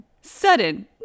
Sudden